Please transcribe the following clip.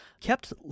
kept